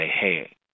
hey